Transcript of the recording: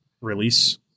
release